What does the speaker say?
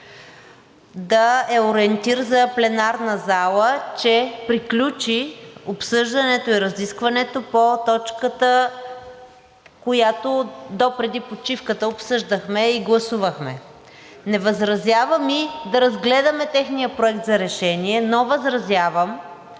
да е ориентир за пленарната зала, че приключи обсъждането и разискването по точката, която допреди почивката обсъждахме и гласувахме. Не възразявам и да разгледаме техния проект за решение, но възразявам,